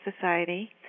Society